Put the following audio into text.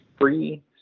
free